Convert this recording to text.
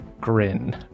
Grin